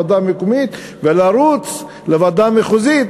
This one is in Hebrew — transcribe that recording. מהוועדה המקומית ולרוץ לוועדה המחוזית.